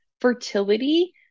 fertility